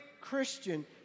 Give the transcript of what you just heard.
Christian